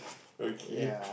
okay